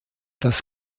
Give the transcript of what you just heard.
das